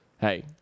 Hey